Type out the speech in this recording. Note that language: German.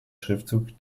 schriftzug